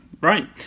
right